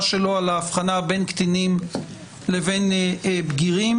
שלו על ההבחנה בין קטינים לבין בגירים.